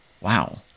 wow